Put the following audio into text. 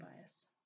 bias